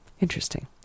interesting